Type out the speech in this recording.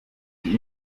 sie